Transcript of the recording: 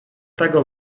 tego